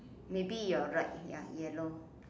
maybe you are right ya yellow